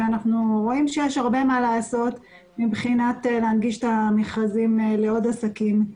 ואנחנו רואים שיש הרבה מה לעשות מבחינת הנגשת המכרזים לעוד עסקים,